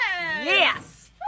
Yes